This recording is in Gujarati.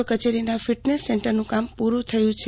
ઓ કચેરીના ફિટનેશ સેન્ટરનું કામ શરૂ થયું છે